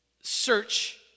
search